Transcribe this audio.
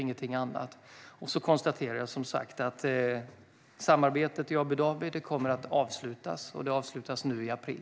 Jag konstaterar som sagt att samarbetet i Abu Dhabi kommer att avslutas nu i april.